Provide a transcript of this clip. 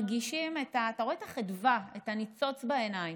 מרגישים, אתה רואה את החדווה, את הניצוץ בעיניים.